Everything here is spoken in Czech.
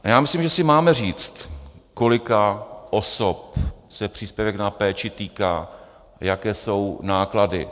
Já myslím, že si máme říct, kolika osob se příspěvek na péči týká, jaké jsou náklady.